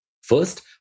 First